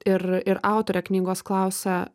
ir ir autorė knygos klausia